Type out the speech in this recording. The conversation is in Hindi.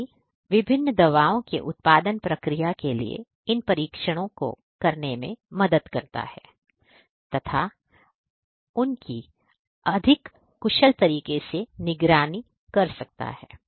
IoT विभिन्न दवाओं के उत्पादन प्रक्रिया के लिए इन परीक्षणों को करने में मदद कर सकता है तथा उन की अधिक कुशल तरीके से निगरानी कर सकता है